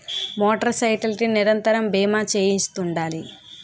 motor cycle కి నిరంతరము బీమా చేయిస్తుండాలి